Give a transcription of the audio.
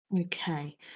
Okay